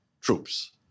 troops